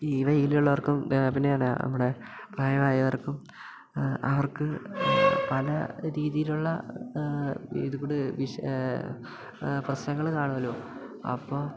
ഈ വയിലുള്ളവർക്കും പിന്നെ എന്നാ നമ്മുടെ പ്രായമായവർക്കും അവർക്ക് പല രീതിയിലുള്ള ഇതുകോട് പ്രശ്നങ്ങൾ കാണോമല്ലോ അപ്പം